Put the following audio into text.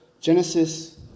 Genesis